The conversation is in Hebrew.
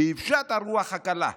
כאוושת הרוח הקלה.